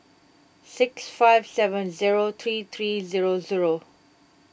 six five seven zero three three zero zero